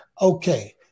Okay